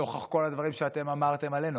נוכח כל הדברים שאתם אמרתם עלינו,